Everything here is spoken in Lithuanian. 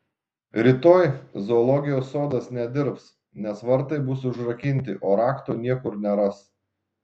rytoj zoologijos sodas nedirbs nes vartai bus užrakinti o rakto niekur neras